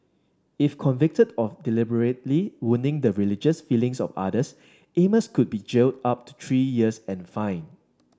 if convicted of deliberately wounding the religious feelings of others Amos could be jailed up to three years and fined